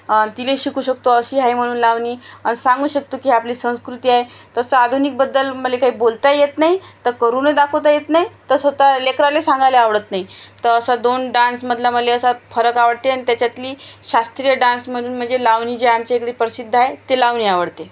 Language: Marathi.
आणि तिला शिकू शकतो अशी आहे म्हणून लावणी आणि सांगू शकतो की आपली संस्कृती आहे तसं आधुनिकबद्दल मला काही बोलता येत नाही तर करून दाखवता येत नाही तसं स्वत लेकराला सांगायला आवडत नाही तर असा दोन डान्समधला मला असा फरक आवडते आणि त्याच्यातली शास्त्रीय डान्समधून म्हणजे लावणी जे आमच्या इकडे प्रसिद्ध आहे ते लावणी आवडते